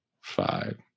five